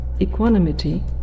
equanimity